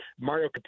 Mario